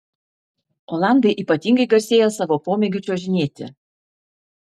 olandai ypatingai garsėja savo pomėgiu čiuožinėti